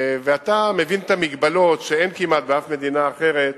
ואתה מבין את המגבלות, שאין כמעט באף מדינה אחרת,